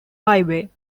highway